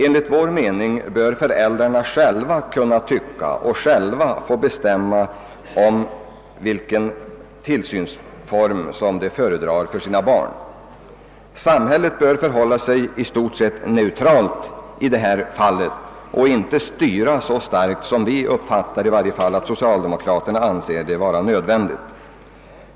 Enligt vår mening bör föräldrarna själva kunna bestämma om vilken tillsynsform de föredrar för sina barn. Samhället bör förhålla sig i stort sett neutralt i det här fallet och inte styra så starkt som i varje fall vi uppfattar att socialdemokraterna anser nödvändigt.